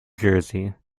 jersey